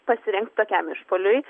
pasirengti tokiam išpuoliui